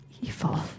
Evil